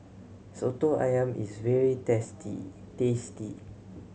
Soto Ayam is very tasty